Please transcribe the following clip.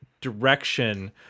direction